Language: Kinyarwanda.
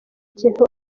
kintu